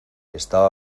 estaba